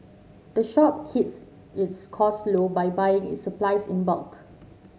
the shop keeps its cost low by buying its supplies in bulk